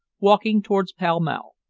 walking towards pall mall.